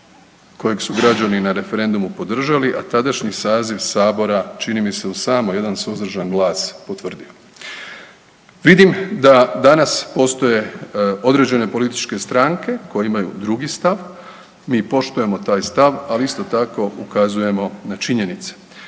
kojeg su građani na referendumu podržali, a tadašnji saziv sabora čini mi se uz samo jedan suzdržan glas potvrdili. Vidim da danas postoje određene političke stranke koje imaju drugi stav, mi poštujemo taj stav, ali isto tako ukazujemo na činjenice